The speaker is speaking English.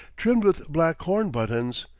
trimmed with black horn buttons,